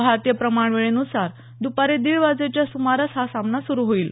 भारतीय प्रमाण वेळेनुसार द्पारी दीड वाजेच्या सुमारास हा सामना सुरू होईल